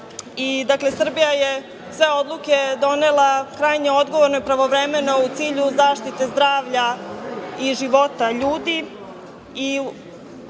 Srbija je sve odluke donela krajnje odgovorno i pravovremeno u cilju zaštite zdravlja i života ljudi